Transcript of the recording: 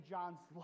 John's